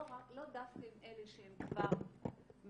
לא דווקא עם אלה שהם כבר מאותרים,